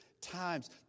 times